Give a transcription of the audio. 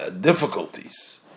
difficulties